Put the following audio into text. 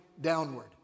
downward